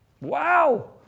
Wow